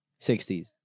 60s